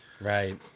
Right